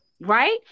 right